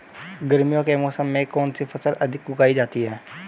गर्मियों के मौसम में कौन सी फसल अधिक उगाई जाती है?